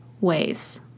ways